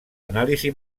anàlisi